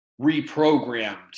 reprogrammed